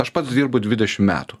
aš pats dirbu dvidešim metų